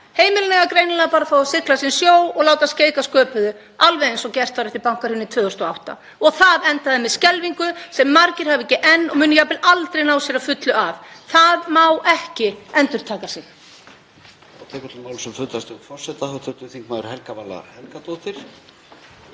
Heimilin eiga greinilega bara að fá að sigla sinn sjó og láta skeika að sköpuðu, alveg eins og gert var eftir bankahrunið 2008. Það endaði með skelfingu sem margir hafa ekki enn og munu jafnvel aldrei ná sér af að fullu. Það má ekki endurtaka sig.